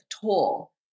toll